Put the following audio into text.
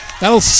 That'll